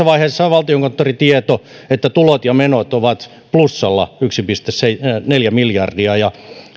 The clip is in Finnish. vaiheessa on valtiokonttorin tieto että tulot ja menot ovat plussalla yksi pilkku neljä miljardia ja